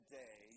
day